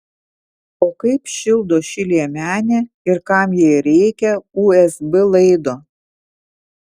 o kaip šildo ši liemenė ir kam jai reikia usb laido